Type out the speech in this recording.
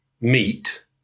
meet